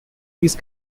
these